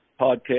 podcast